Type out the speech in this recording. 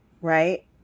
right